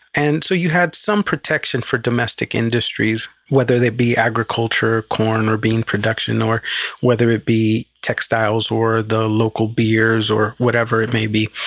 and so you had some protection for domestic industries, whether they be agriculture, corn or bean production, or whether it be textiles or the local beers or whatever it may be.